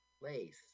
place